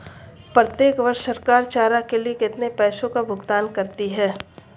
प्रत्येक वर्ष सरकार चारा के लिए कितने पैसों का भुगतान करती है?